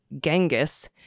Genghis